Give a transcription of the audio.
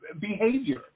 behavior